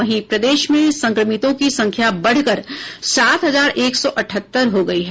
वहीं प्रदेश में संक्रमितों की संख्या बढ़कर सात हजार एक सौ अठहत्तर हो गयी है